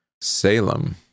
Salem